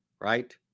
right